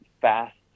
fast